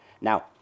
Now